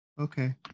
Okay